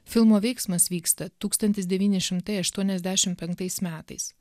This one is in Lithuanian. filmo veiksmas vyksta tūkstantis devyni šimtai aštuoniasdešim penktais metais